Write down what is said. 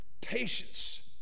patience